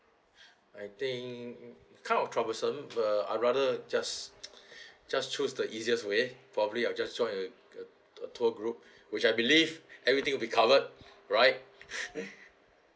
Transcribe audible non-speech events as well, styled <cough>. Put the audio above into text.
I think kind of troublesome but I rather just just choose the easiest way probably I just join the the tour group which I believe everything will be covered right <breath>